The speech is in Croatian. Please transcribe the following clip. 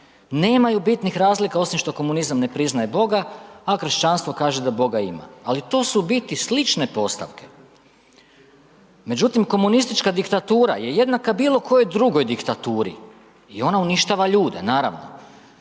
nemaju bitnih razlika osim što komunizam ne priznaje Boga, a kršćanstvo kaže da Boga ima, ali to su u biti slične postavke. Međutim, komunistička diktatura je jednaka bilo kojoj diktaturi i ona uništava ljude, naravno.